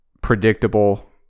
predictable